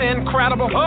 Incredible